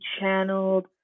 channeled